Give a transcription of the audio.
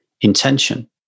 intention